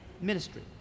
ministry